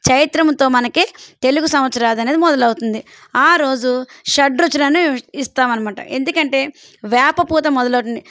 చైత్రముతో మనకి తెలుగు సంవత్సరము అనేది మొదలవుతుంది ఆ రోజు షడ్రుచులను ఇస్తాము అన్నమాట ఎందుకంటే వేపపూత మొదలవుతుంది